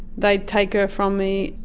they'd take her from me.